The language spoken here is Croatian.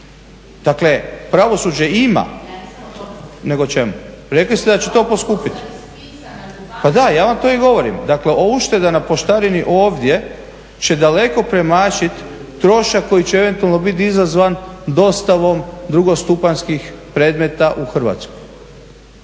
Rekli ste da će to poskupiti. … /Upadica se ne razumije./… Pa da, ja vam to i govorim. Dakle ova ušteda na poštarini ovdje će daleko premašiti trošak koji će eventualno biti izazvan dostavom drugostupanjskih predmeta u Hrvatskoj.